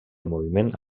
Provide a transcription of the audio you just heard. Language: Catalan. moviment